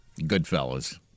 Goodfellas